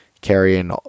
carrying